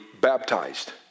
baptized